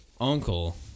uncle